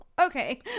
okay